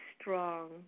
strong